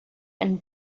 and